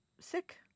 sick